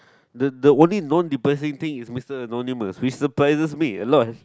the the only non depressing thing is Mister Anonymous which surprises me a lot